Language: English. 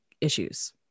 issues